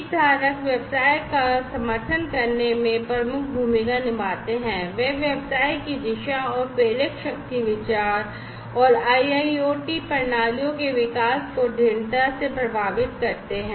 हितधारक व्यवसाय का समर्थन करने में प्रमुख भूमिका निभाते हैं वे व्यवसाय की दिशा और प्रेरक शक्ति विचार और IIoT प्रणालियों के विकास को दृढ़ता से प्रभावित करते हैं